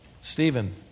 Stephen